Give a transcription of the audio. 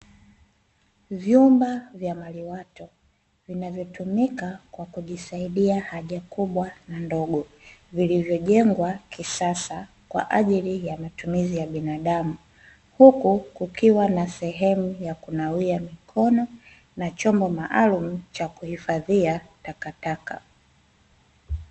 Vyumba vya maliwato, vinavyotumika kwa kujisaidia haja kubwa na ndogo vilivyojengwa kisasa kwa ajili ya matumizi ya binadamu, huku kukiwa na sehemu ya kunawia mikono na chombo maalumu cha kuhifadhia takataka.